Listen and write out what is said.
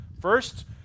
First